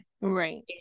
right